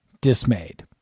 dismayed